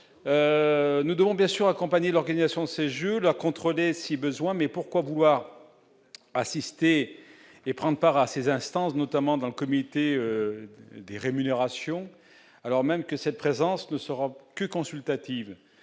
nous devons bien sûr accompagné l'organisation de ces Jeux leur contrôler si besoin, mais pourquoi vouloir assister et prendre part à ces instances, notamment dans le comité des rémunérations, alors même que cette présence ne sera que consultatif,